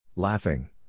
Laughing